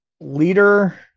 leader